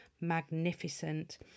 magnificent